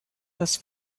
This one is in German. das